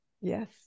Yes